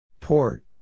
Port